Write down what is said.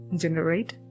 generate